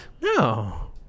No